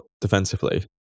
defensively